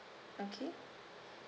okay